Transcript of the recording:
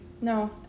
no